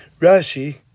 Rashi